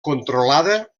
controlada